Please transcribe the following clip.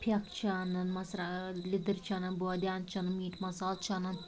پھیٚکھ چھِ انان مَرژٕوانٛگن لدٕر چھِ انان بٲدیان چھِ انان میٖٹ مصالہٕ چھِ انان